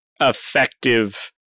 effective